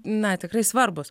na tikrai svarbūs